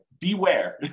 beware